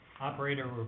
Operator